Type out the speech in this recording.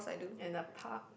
in a park